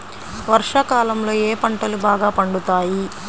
వర్షాకాలంలో ఏ పంటలు బాగా పండుతాయి?